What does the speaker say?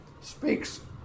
speaks